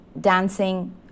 dancing